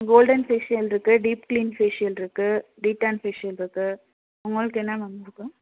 golden facial இருக்குது deep clean facial இருக்குது detan facial இருக்குது உங்களுக்கு என்ன மேம்